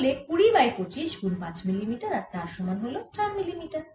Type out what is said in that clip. তাহলে 20 বাই 25 গুন 5 মিলিমিটার আর তার সমান হল 4 মিলিমিটার